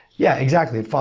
yeah, exactly.